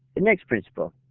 next principle,